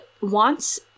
wants